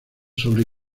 sobre